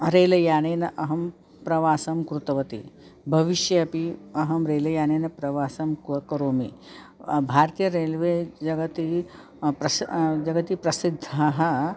रेलयानेन अहं प्रवासं कृतवती भविष्ये अपि अहं रेलयानेन प्रवासं क्व करोमि भारतीयरेल्वे जगति प्रश् जगति प्रसिद्धा